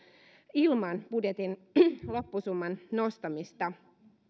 ilman budjetin loppusumman nostamista